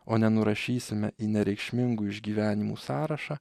o ne nurašysime į nereikšmingų išgyvenimų sąrašą